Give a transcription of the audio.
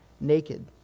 naked